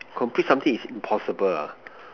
complete something is impossible ah